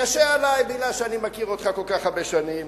קשה עלי מפני שאני מכיר אותך כל כך הרבה שנים.